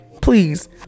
please